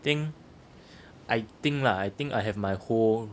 I think I think lah I think I have my whole